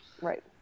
Right